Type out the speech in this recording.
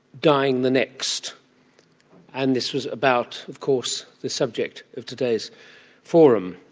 dying the next and this was about, of course, the subject of today's forum.